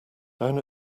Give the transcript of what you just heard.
down